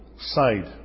side